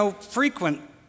frequent